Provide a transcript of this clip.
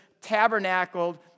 tabernacled